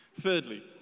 Thirdly